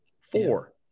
Four